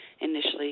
initially